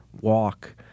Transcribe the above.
walk